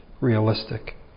realistic